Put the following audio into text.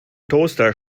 toaster